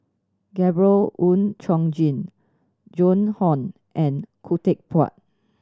Gabriel Oon Chong Jin Joan Hon and Khoo Teck Puat